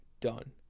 done